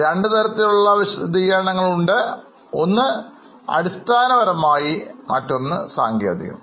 രണ്ട് തരത്തിലുള്ള വിശദീകരണങ്ങൾ ഉണ്ട് ഒന്ന് അടിസ്ഥാനപരമായി മറ്റൊന്ന് സാങ്കേതികം